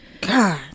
God